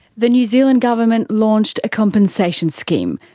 the new zealand government launched a compensation scheme.